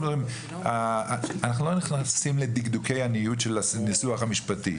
אנחנו לא נכנסים לדקדוקי עניות של הניסוח המשפטי.